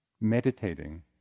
meditating